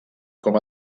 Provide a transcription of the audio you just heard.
com